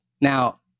Now